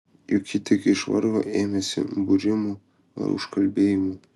juk ji tik iš vargo ėmėsi būrimų ar užkalbėjimų